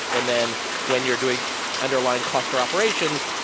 and then when you're doing underlying cluster operations,